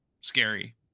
scary